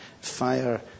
fire